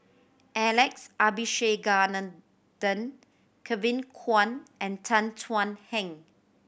Alex Abisheganaden Kevin Kwan and Tan Thuan Heng